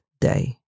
day